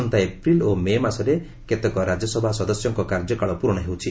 ଆସନ୍ତା ଏପ୍ରିଲ୍ ଓ ମେ ମାସରେ କେତେକ ରାଜ୍ୟସଭା ସଦସ୍ୟଙ୍କ କାର୍ଯ୍ୟକାଳ ପ୍ରରଣ ହେଉଛି